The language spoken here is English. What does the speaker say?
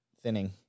thinning